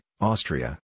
Austria